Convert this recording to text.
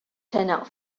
turnout